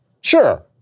Sure